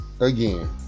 again